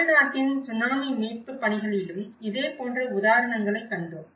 தமிழ்நாட்டின் சுனாமி மீட்புப் பணிகளிலும் இதே போன்ற உதாரணங்களைக் கண்டோம்